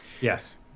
Yes